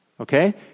Okay